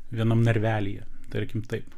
vienam narvelyje tarkim taip